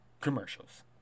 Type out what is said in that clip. commercials